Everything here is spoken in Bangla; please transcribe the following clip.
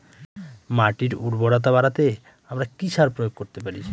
মাটির উর্বরতা বাড়াতে আমরা কি সার প্রয়োগ করতে পারি?